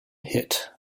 hit